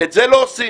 את זה לא עושים.